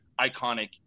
iconic